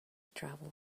travel